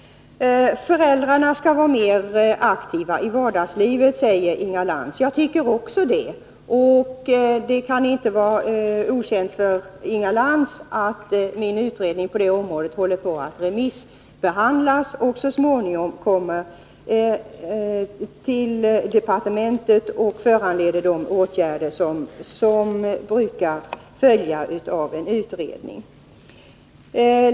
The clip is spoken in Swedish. Föräldrarna skall vara mer aktiva i vardagslivet, säger Inga Lantz. Jag tycker också det, och det kan inte vara okänt för Inga Lantz att min utredning på det området håller på att remissbehandlas. Material kommer så småningom till departementet och föranleder de åtgärder som brukar följa av en utredning.